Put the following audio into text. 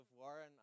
Warren